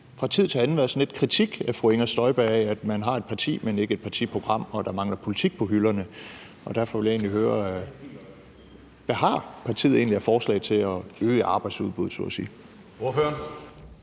fra tid til anden været sådan lidt kritik af fru Inger Støjberg af, at man har et parti, men ikke et partiprogram, og at der mangler politik på hylderne. Derfor ville jeg høre, hvad partiet egentlig har af forslag til at øge arbejdsudbuddet